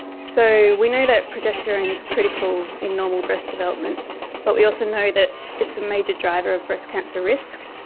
so we know that progesterone is critical in normal breast development but we also know that it's a major driver of breast cancer risk,